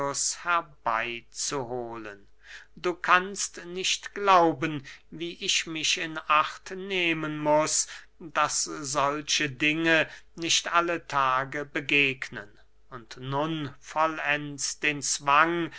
hohlen du kannst nicht glauben wie ich mich in acht nehmen muß daß solche dinge nicht alle tage begegnen und nun vollends den zwang